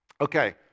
Okay